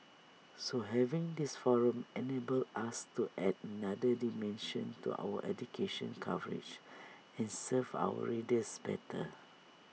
so having this forum enables us to add another dimension to our education coverage and serve our readers better